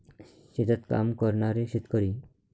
शेतात काम करणारे शेतकरी